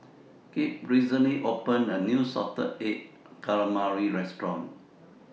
Kipp recently opened A New Salted Egg Calamari Restaurant